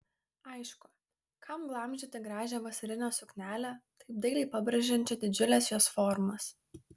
aišku kam glamžyti gražią vasarinę suknelę taip dailiai pabrėžiančią didžiules jos formas